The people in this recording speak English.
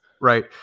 right